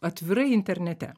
atvirai internete